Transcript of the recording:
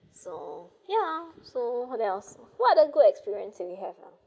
so ya so what else what are the good experience that you have